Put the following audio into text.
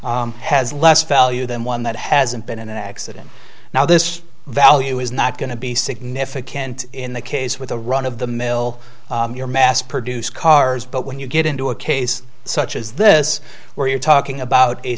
repaired has less value than one that hasn't been in an accident now this value is not going to be significant in the case with a run of the mill your mass produced cars but when you get into a case such as this where you're talking about a